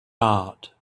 heart